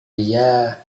dia